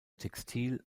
textil